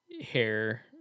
hair